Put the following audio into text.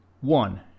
One